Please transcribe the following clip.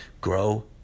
grow